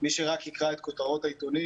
מי שרק יקרא את כותרות העיתונים,